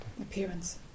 Appearance